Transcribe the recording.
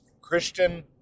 Christian